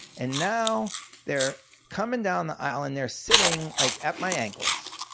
and now they're coming down the aisle and they're sitting like at my ankles.